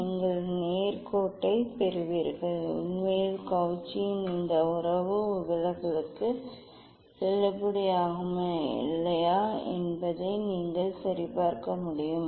நீங்கள் நேர் கோட்டைப் பெறுவீர்கள் உண்மையில் கவுச்சியின் இந்த உறவு விலகலுக்கு செல்லுபடியாகுமா இல்லையா என்பதை நீங்கள் சரிபார்க்க முடியும்